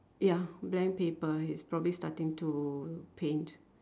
ya blank paper he's probably starting to paint